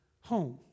home